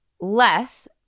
less